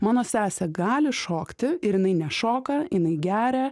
mano sesė gali šokti ir jinai nešoka jinai geria